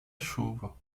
chuva